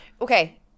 Okay